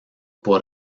por